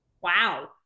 wow